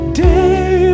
day